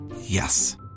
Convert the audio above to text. Yes